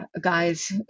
guys